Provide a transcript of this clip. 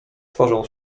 twarzą